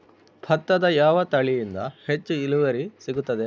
ಭತ್ತದ ಯಾವ ತಳಿಯಿಂದ ಹೆಚ್ಚು ಇಳುವರಿ ಸಿಗುತ್ತದೆ?